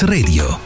Radio